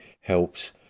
helps